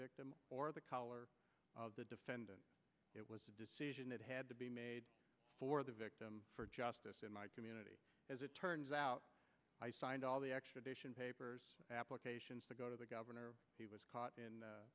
victim or the color of the defendant it was a decision that had to be made for the victim for justice in my community as it turns out i signed all the extradition papers applications to go to the governor he was caught in